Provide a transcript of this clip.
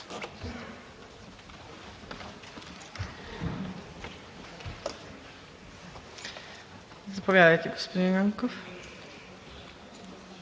Заповядайте, господин Нанков.